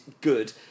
good